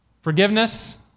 Forgiveness